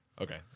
Okay